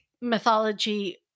mythology